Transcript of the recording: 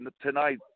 Tonight